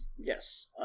Yes